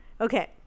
Okay